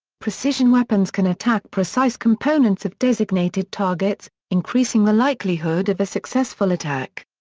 precision weapons can attack precise components of designated targets, increasing the likelihood of a successful attack.